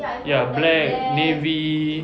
ya black navy